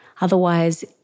Otherwise